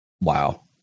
wow